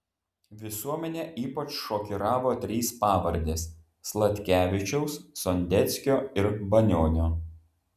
visuomenę ypač šokiravo trys pavardės sladkevičiaus sondeckio ir banionio